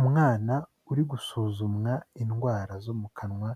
Umwana uri gusuzumwa indwara zo mu kanwa